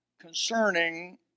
concerning